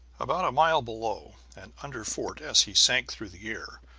about a mile below, and under fort as he sank through the air,